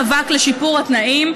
של כל מאבק לשיפור התנאים,